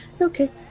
Okay